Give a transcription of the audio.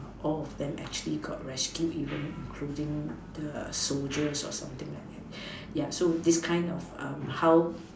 all of them actually got rescued even including the soldiers or something like that yeah so this kind of how